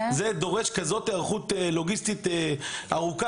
זה דורש כזאת היערכות לוגיסטית ארוכה?